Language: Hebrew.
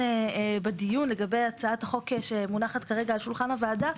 בדיון לגבי הצעת החוק שמונחת על שולחן הועדה.